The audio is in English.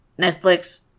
Netflix